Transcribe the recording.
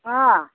ಹಾಂ